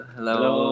Hello